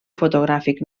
fotogràfic